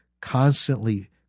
constantly